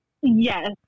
Yes